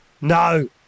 No